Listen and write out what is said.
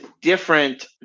different